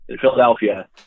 Philadelphia